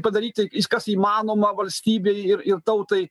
padaryti kas įmanoma valstybei ir ir tautai